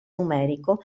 numerico